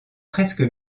presque